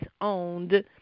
owned